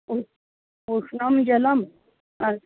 उष्णम् उष्णं जलम् अस्ति